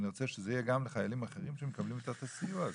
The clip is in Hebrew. אני רוצה שזה יהיה גם לחיילים אחרים שמקבלים את הסיוע הזה.